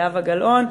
זהבה גלאון,